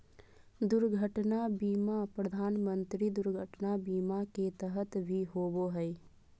दुर्घटना बीमा प्रधानमंत्री दुर्घटना बीमा के तहत भी होबो हइ